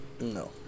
No